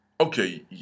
Okay